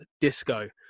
disco